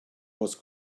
was